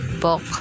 book